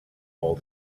all